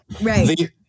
Right